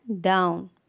down